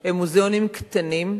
הם מוזיאונים קטנים,